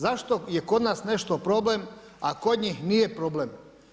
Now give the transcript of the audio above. Zašto je kod nas nešto problem, a kod njih nije problem?